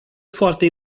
foarte